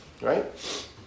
Right